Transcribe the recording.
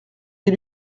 des